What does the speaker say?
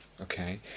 okay